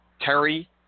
Terry